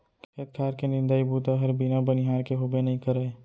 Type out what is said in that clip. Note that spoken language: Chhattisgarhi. खेत खार के निंदई बूता हर बिना बनिहार के होबे नइ करय